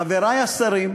חברי השרים,